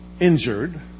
injured